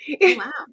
Wow